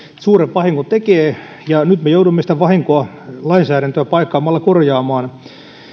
suuren vahingon tekee ja nyt me joudumme sitä vahinkoa lainsäädäntöä paikkaamalla korjaamaan